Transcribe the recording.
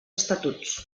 estatuts